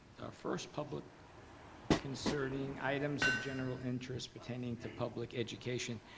first public concerning items of general interest pertaining to public education.